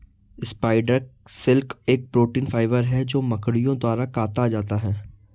spider silk एक protein fibre है जो मकड़ियों द्वारा काता जाता है